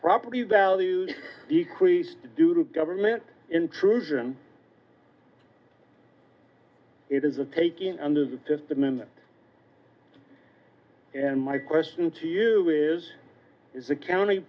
property values decreased due to government intrusion it is a taking under that system in and my question to you is is the count